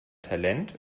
talent